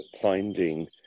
finding